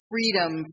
freedom